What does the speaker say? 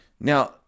now